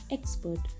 Expert